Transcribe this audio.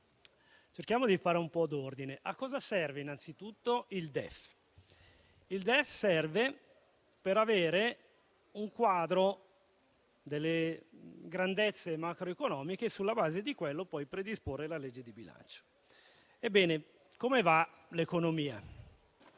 cerchiamo di fare un po' d'ordine. A cosa serve innanzitutto il DEF? Il DEF serve ad avere un quadro delle grandezze macroeconomiche e, sulla base di quello, poi predisporre la legge di bilancio. Ebbene, come va l'economia?